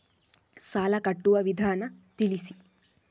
ಸಾಲ ಕಟ್ಟುವ ವಿಧಾನ ತಿಳಿಸಿ?